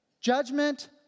judgment